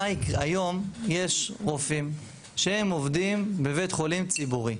היום יש רופאים שהם עובדים בבית חולים ציבורי,